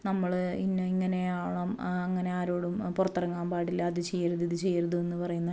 നമ്മൾ ഇങ്ങനെയാവണം അങ്ങനെ ആരോടും പുറത്തിറങ്ങാൻ പാടില്ല അത് ചെയ്യരുത് ഇത് ചെയ്യരുത് എന്ന് പറയുന്നത്